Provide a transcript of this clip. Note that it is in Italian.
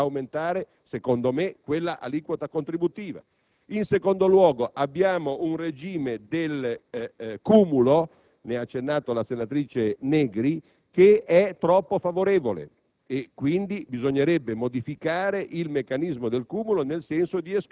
esageratamente alte, troppo premianti. Bisogna assolutamente aumentare, secondo me, quell'aliquota contributiva. In secondo luogo, abbiamo un regime del cumulo - ne ha accennato la senatrice Negri - troppo favorevole,